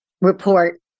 report